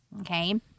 okay